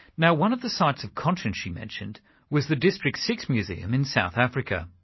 now one of the sites of conscience she mentioned was the district six museum in south africa.